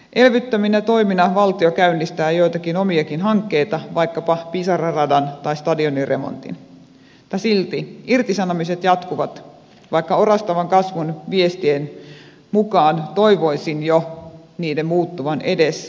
elvyttävinä toimina valtio käynnistää joitakin omiakin hankkeita vaikkapa pisara radan tai stadionin remontin mutta silti irtisanomiset jatkuvat vaikka orastavan kasvun viestien mukaan toivoisin jo niiden muuttuvan edes lomautuksiksi